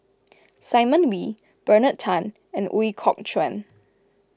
Simon Wee Bernard Tan and Ooi Kok Chuen